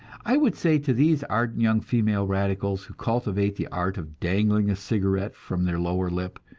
i would say to these ardent young female radicals, who cultivate the art of dangling a cigarette from their lower lip,